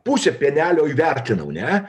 pusę pienelio įvertinau ne